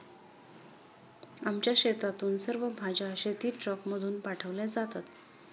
आमच्या शेतातून सर्व भाज्या शेतीट्रकमधून पाठवल्या जातात